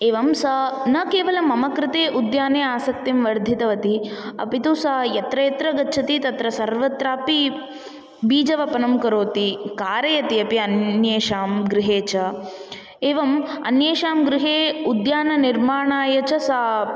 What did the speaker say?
एवं सा न केवलं मम कृते उद्याने आसक्तिं वर्धितवती अपि तु सा यत्र यत्र गच्छति तत्र सर्वत्रापि बीजवपनं करोति कारयति अपि अन्येषां गृहे च एवम् अन्येषां गृहे उद्याननिर्माणाय च सा